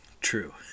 True